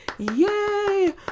yay